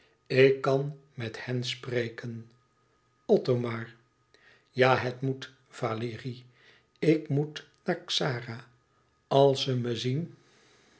ik kan met hen spreken othomar ja het moet valérie ik moet naar xara als ze me zien